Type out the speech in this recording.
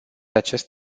acest